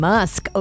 Musk